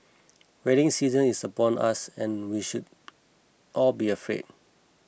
wedding season is upon us and we should all be afraid